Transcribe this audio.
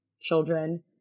children